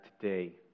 today